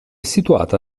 situata